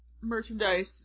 merchandise